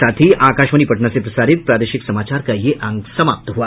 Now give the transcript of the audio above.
इसके साथ ही आकाशवाणी पटना से प्रसारित प्रादेशिक समाचार का ये अंक समाप्त हुआ